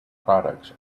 products